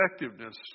effectiveness